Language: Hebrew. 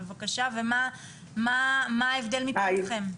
ומה ההבדל מבחינתכם.